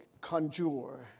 conjure